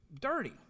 dirty